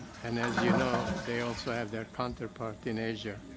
and as you know, they also have their counterpart in asia.